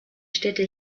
städte